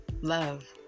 love